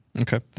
Okay